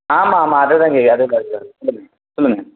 ஆமாம் ஆமாம் அது தாங்க அதே கடை தான் சொல்லுங்க சொல்லுங்க